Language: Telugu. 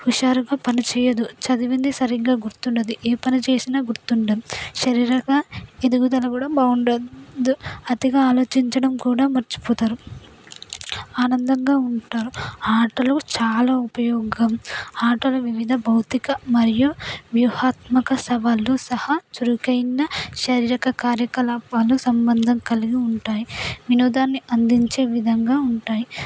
హుషారుగా పని చేయదు చదివింది సరిగ్గా గుర్తుండదు ఏ పని చేసినా గుర్తుండదు శారీరిక ఎదుగుదల కూడా బాగుండదు అతిగా ఆలోచించడం కూడా మర్చిపోతారు ఆనందంగా ఉంటారు ఆటలు చాలా ఉపయోగం ఆటల వివిధ భౌతిక మరియు వ్యూహాత్మక సవాలుతో సహా చురుకుయైన శారీరక కార్యకలాపాలు సంబంధం కలిగి ఉంటాయి వినోదాన్ని అందించే విధంగా ఉంటాయి